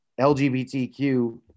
LGBTQ